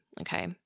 okay